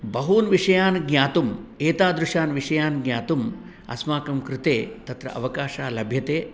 बहून् विषयान् ज्ञातुम् एतादृशान् विषयान् ज्ञातुं अस्माकं कृते तत्र अवकाशः लभ्यते